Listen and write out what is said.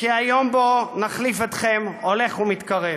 כי היום שבו נחליף אתכם הולך ומתקרב.